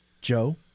Joe